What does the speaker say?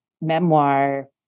memoir